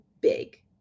big